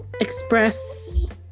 express